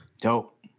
Dope